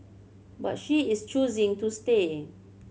but she is choosing to stay